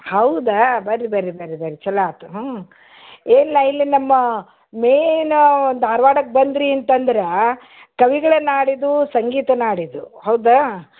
ಹೌದಾ ಬನ್ರಿ ಬನ್ರಿ ಬನ್ರಿ ಬನ್ರಿ ಚೊಲೋ ಆಯ್ತು ಹ್ಞೂ ಏನಿಲ್ಲ ಇಲ್ಲಿ ನಮ್ಮ ಮೇನ್ ಧಾರ್ವಾಡಕ್ಕೆ ಬಂದಿರಿ ಅಂತಂದ್ರೆ ಕವಿಗಳ ನಾಡಿದು ಸಂಗೀತ ನಾಡಿದು ಹೌದಾ